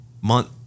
month